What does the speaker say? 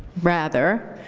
rather,